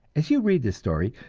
as you read this story,